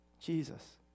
Jesus